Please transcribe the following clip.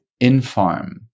Infarm